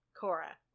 Cora